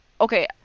Okay